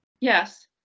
Yes